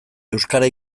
euskara